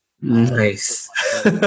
Nice